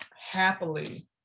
happily